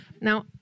Now